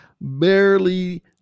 barely